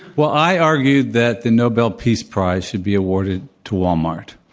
well, i argued that the nobel peace prize should be awarded to walmart.